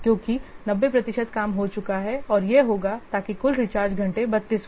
क्योंकि 90 प्रतिशत काम हो चुका है और यह होगा ताकि कुल रिचार्ज घंटे 32 हो